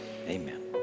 Amen